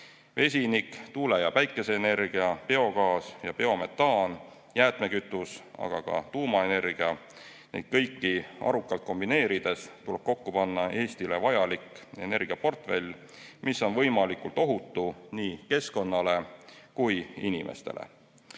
Vesinik, tuule‑ ja päikeseenergia, biogaas ja biometaan, jäätmekütus, aga ka tuumaenergia – neid kõiki arukalt kombineerides tuleb kokku panna Eestile vajalik energiaportfell, mis on võimalikult ohutu nii keskkonnale kui ka inimestele.